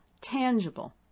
tangible